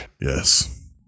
Yes